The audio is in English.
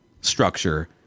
structure